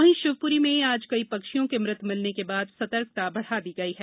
वहीं शिवपुरी में आज कई पक्षियों के मृत मिलने के बाद सर्तकता बढ़ा दी गई है